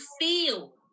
feel